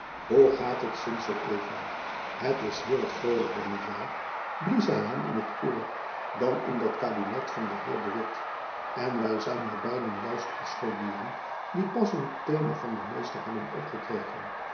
hoe gaat het sints zoo even het is hier wat vrolijker niet waar blies hy hem in t oor dan in dat kabinet van den heer de witt en wy zijn hier beiden juist als scholieren die pas hun thema van den meester hebben opgekregen